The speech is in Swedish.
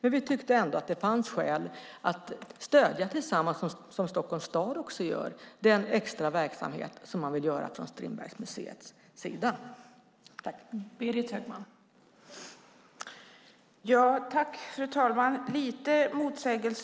När det gäller den extra verksamhet som man vill göra från Strindbergsmuseets sida tyckte vi ändå att det fanns skäl att stödja den, precis som Stockholms stad gör.